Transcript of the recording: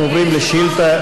אנחנו עוברים לשאילתה,